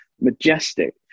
majestic